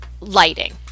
lighting